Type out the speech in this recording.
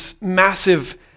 massive